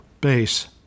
base